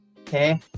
Okay